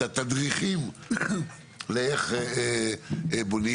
את התדריכים לאיך בונים